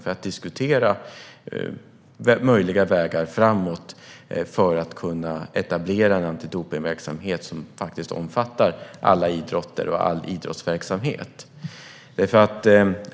Vi vill diskutera möjliga vägar framåt för att kunna etablera en antidopningsverksamhet som omfattar alla idrotter och all idrottsverksamhet.